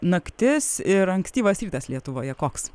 naktis ir ankstyvas rytas lietuvoje koks